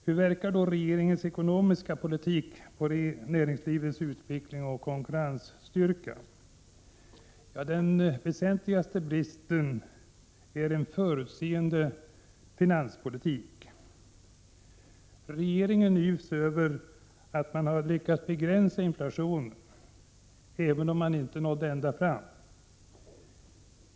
Hur verkar då regeringens ekonomiska politik på näringslivets utveckling och konkurrensstyrka? Den väsentligaste svagheten är bristen på en förutseende finanspolitik. Regeringen yvs över att man har lyckats begränsa inflationen — även om man inte nådde ända fram.